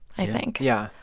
i think yeah.